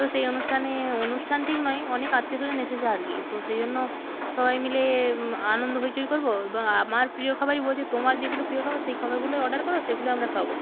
তো সেই অনুষ্ঠানে অনুষ্ঠান ঠিক নয় অনেক আত্মীয়স্বজন এসেছে আর কি তো সেই জন্য সবাই মিলে আনন্দ হৈচৈ করবো এবং আমার প্রিয় খাবারই বলছে তোমার যেগুলো প্রিয় খাবার সেই খাবারগুলোই অডার করো সেগুলোই আমরা খাবো